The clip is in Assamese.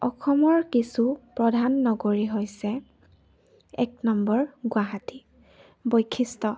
অসমৰ কিছু প্ৰধান নগৰী হৈছে এক নম্বৰ গুৱাহাটী বৈশিষ্ট্য